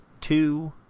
two